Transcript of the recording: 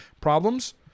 Problems